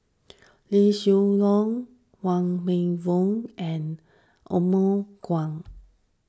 Liew Geok Leong Wong Meng Voon and Othman Wok